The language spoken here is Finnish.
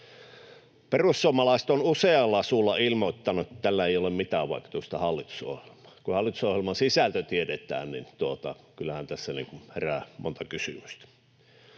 Perussuomalaiset on usealla suulla ilmoittanut, että tällä ei ole mitään vaikutusta hallitusohjelmaan. Kun hallitusohjelman sisältö tiedetään, niin kyllähän tässä herää monta kysymystä.